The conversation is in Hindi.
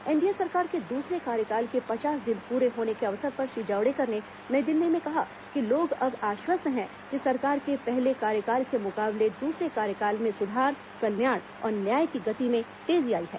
एनडीए सरकार के दूसरे कार्यकाल के पचास दिन पूरे होने के अवसर पर श्री जावड़ेकर ने नई दिल्ली में कहा कि लोग अब आश्वस्त हैं कि सरकार के पहले कार्यकाल के मुकाबले दूसरे कार्यकाल में सुधार कल्याण और न्याय की गति में तेजी आई है